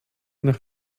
nach